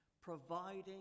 providing